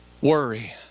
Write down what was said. Worry